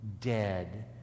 dead